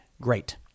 Great